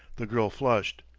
the girl flushed,